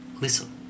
listen